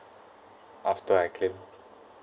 after I claim